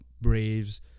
Braves